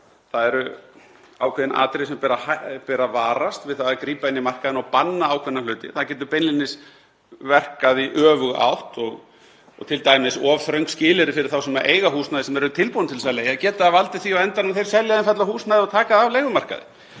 það eru ákveðin atriði sem ber að varast við það að grípa inn í markaðinn og banna ákveðna hluti. Það getur beinlínis verkað í öfuga átt og t.d. of þröng skilyrði fyrir þá sem eiga húsnæði sem eru tilbúnir til þess að leigja geta valdið því á endanum að þeir selja einfaldlega húsnæðið og taka af leigumarkaði.